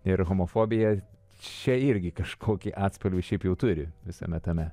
ir homofobija čia irgi kažkokį atspalvį šiaip jau turi visame tame